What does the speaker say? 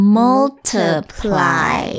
multiply